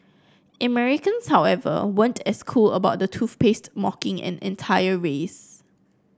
Americans however weren't as cool about the toothpaste mocking an entire race